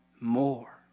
more